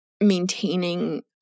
maintaining